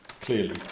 clearly